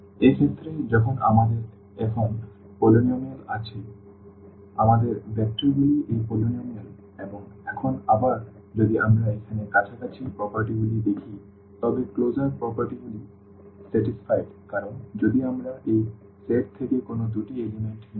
সুতরাং এক্ষেত্রে যখন আমাদের এখন polynomial আছে আমাদের ভেক্টরগুলি এই polynomial এবং এখন আবার যদি আমরা এখানে কাছাকাছি বৈশিষ্ট্যগুলি দেখি তবে ক্লোজার প্রপার্টিগুলি সন্তুষ্ট কারণ যদি আমরা এই সেট থেকে কোনও দুটি উপাদান নিই